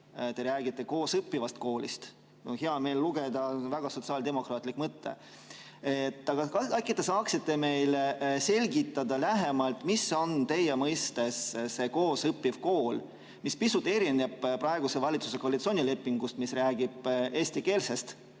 te räägite koosõppivast koolist. Mul oli hea meel seda lugeda, väga sotsiaaldemokraatlik mõte. Aga äkki te saaksite meile selgitada lähemalt, mis on teie mõistes see koosõppiv kool, mis pisut erineb praeguse valitsuse koalitsioonilepingust, mis räägib eestikeelsest